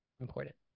important